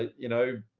you know,